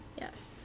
Yes